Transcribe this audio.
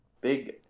Big